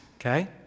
okay